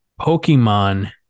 Pokemon